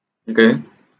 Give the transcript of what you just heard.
okay